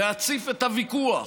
להציף את הוויכוח,